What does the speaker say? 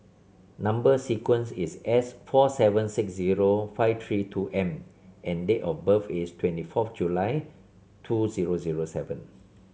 number sequence is S four seven six zero five three two M and date of birth is twenty fourth January two zero zero seven